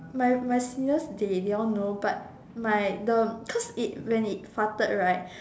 my my seniors they they all know but my the cause it when it farted right